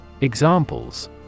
Examples